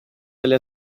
delle